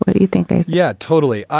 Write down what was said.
but do you think? yeah, totally.